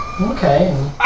Okay